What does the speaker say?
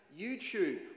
YouTube